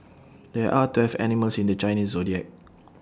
there are twelve animals in the Chinese Zodiac